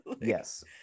Yes